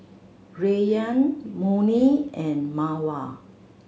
Rayyan Murni and Mawar